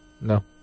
No